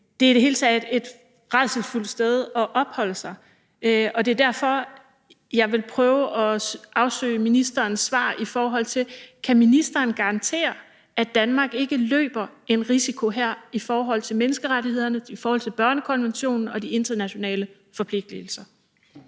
Det er i det hele taget et rædselsfuldt sted at opholde sig, og det er derfor, jeg vil prøve at afæske ministeren et svar på, om ministeren kan garantere, at Danmark ikke løber en procesrisiko her i forhold til menneskerettighederne, børnekonventionen og de internationale forpligtelser.